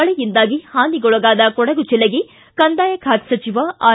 ಮಳೆಯಿಂದಾಗಿ ಹಾನಿಗೊಳಗಾದ ಕೊಡಗು ಜಿಲ್ಲೆಗೆ ಕಂದಾಯ ಖಾತೆ ಸಚಿವ ಆರ್